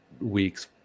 weeks